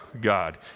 God